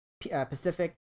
Pacific